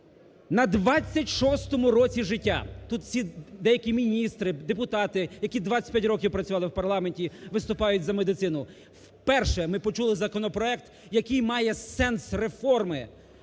На 26-му році життя. Тут всі... деякі міністри, депутати, які 25 років працювали в парламенті, виступають за медицину. Вперше ми почули законопроект, який має сенс реформи.